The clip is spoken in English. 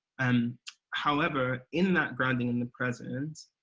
um however, in in that grounding in the present,